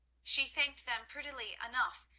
she thanked them prettily enough,